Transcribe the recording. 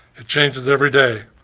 it changes every day,